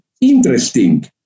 interesting